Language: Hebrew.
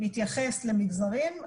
מתייחס למגזרים,